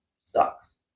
sucks